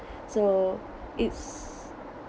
so it's